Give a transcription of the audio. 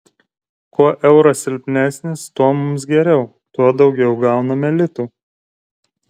kuo euras silpnesnis tuo mums geriau tuo daugiau gauname litų